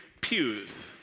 pews